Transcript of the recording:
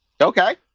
Okay